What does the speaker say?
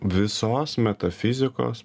visos metafizikos